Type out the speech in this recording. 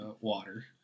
water